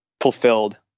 fulfilled